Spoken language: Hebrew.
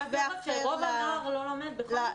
רוב הנוער לא לומד בכל מקרה.